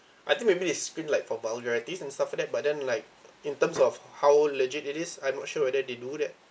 I think maybe they screened like for vulgarities and stuff like that but then like in terms of how legit it is I'm not sure whether they do that